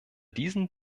diesen